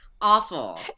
Awful